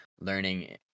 learning